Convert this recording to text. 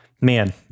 man